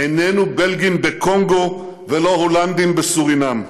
איננו בלגים בקונגו ולא הולנדים בסורינאם.